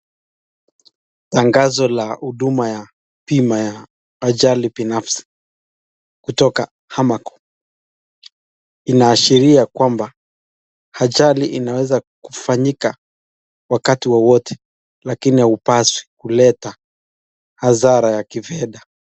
Tangazo la huduma ya bima ya ajali binafsi kutoka Amaco, inaashiria kwamba ajali imeweza kufanyika wakati wowote lakini hupaswi kuleta hadhara ya kifedha.